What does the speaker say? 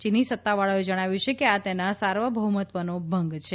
ચીની સત્તાવાળાઓએ જણાવ્યં કે આ તેના સાર્વભૌમત્વનો ભંગ છે